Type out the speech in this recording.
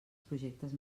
projectes